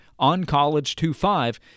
ONCOLLEGE25